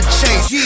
chase